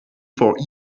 four